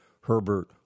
Herbert